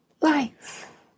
life